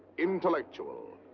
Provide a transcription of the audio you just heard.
intellectual,